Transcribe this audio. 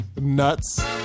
nuts